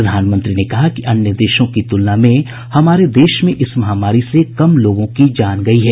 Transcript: प्रधानमंत्री ने कहा कि अन्य देशों की तुलना में हमारे देश में इस महामारी से कम लोगों की जान गई है